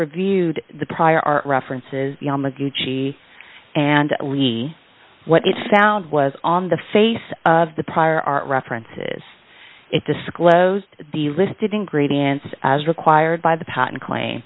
reviewed the prior art references yamaguchi and lee what it found was on the face of the prior art references it disclosed the listed ingredients as required by the patent claim